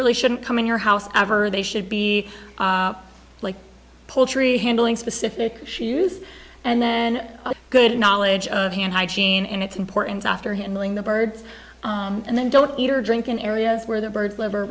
really shouldn't come in your house or they should be like poultry handling specific shoes and then a good knowledge of hand hygiene and its importance after handling the birds and then don't eat or drink in areas where the birds liver